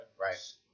Right